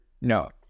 No